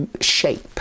shape